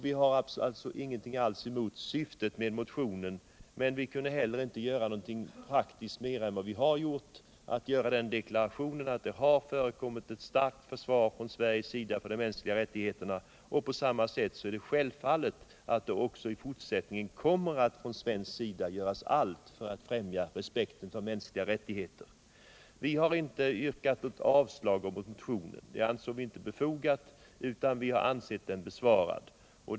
Vi har ingenting alls emot syftet med motionen 1059, men vi kunde heller inte praktiskt göra mera än vad vi har gjort, nämligen att framföra den deklarationen att det har förekommit ett starkt försvar från Sveriges sida för de mänskliga rättigheterna, och det är självfallet att det också i fortsättningen kommer att från svensk sida göras allt för att främja respekten för mänskliga rättigheter. Vi har inte yrkat avslag på motionen — det ansåg vi inte befogat — utan vi har ansett den besvarad med vad utskottet anfört.